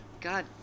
god